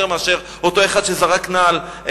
מאשר של אותו אחד שזרק נעל בבית-המשפט.